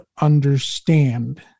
understand